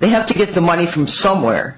they have to get the money from somewhere